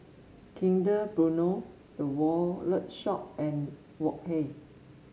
Kinder Bueno The Wallet Shop and Wok Hey